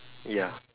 ya